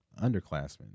underclassmen